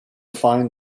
find